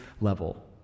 level